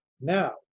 Now